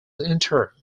interred